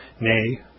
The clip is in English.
nay